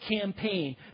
campaign